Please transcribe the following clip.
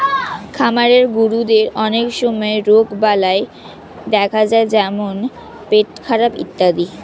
খামারের গরুদের অনেক সময় রোগবালাই দেখা যায় যেমন পেটখারাপ ইত্যাদি